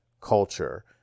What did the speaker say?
culture